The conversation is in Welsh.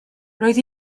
roedd